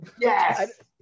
Yes